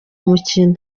mukino